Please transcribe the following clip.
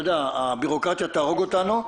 אתה יודע הביורוקרטיה תהרוג לנו,